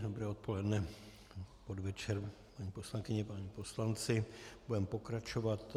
Dobré odpoledne, podvečer, paní poslankyně, páni poslanci, budeme pokračovat.